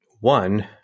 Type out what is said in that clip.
One